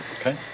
Okay